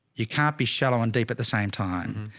you can't be shallow and deep at the same time.